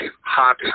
hot